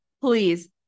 please